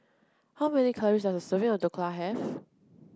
how many calories does a serving of Dhokla have